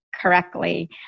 correctly